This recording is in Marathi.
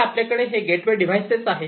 तर आता आपल्याकडे हे गेटवे डिव्हायसेस आहेत